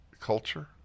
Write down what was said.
culture